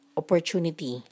opportunity